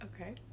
Okay